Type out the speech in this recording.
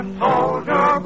soldier